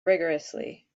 rigourously